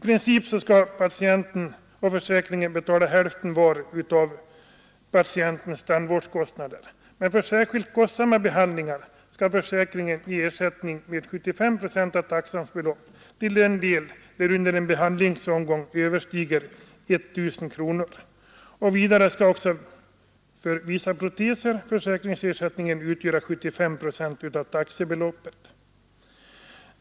Som socialministern nyss redovisade, skall försäkringen dessutom för särskilt kostsamma behandlingar ge ersättning med 75 procent av taxans belopp till den del detta under en behandlingsomgång överstiger 1 000 kronor. Vidare skall för vissa proteser försäkringsersättningen utgöra 75 procent av taxebeloppet.